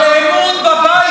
זכתה לאמון בבית הזה.